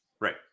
Right